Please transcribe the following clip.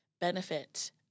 benefit